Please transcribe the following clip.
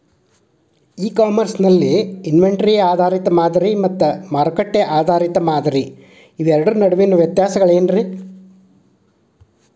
E commerce ನಲ್ಲಿ inventory ಆಧಾರಿತ ಮಾದರಿ ಮತ್ತ ಮಾರುಕಟ್ಟೆ ಆಧಾರಿತ ಮಾದರಿಯ ನಡುವಿನ ವ್ಯತ್ಯಾಸಗಳೇನ ರೇ?